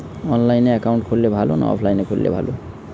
অনলাইনে একাউন্ট খুললে ভালো না অফলাইনে খুললে ভালো?